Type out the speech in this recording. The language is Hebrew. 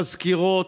מזכירות,